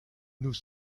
nous